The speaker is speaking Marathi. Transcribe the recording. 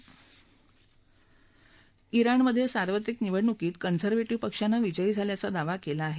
ज्ञाणमधे सार्वत्रिक निवडणुकीत कंझव्हेटिव्ह पक्षानं विजयी झाल्याचा दावा केला आहे